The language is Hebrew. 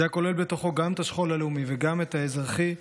זה הכולל בתוכו גם את השכול הלאומי וגם את האזרחי,